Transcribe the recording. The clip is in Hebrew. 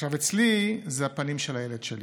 אצלי זה הפנים של הילד שלי.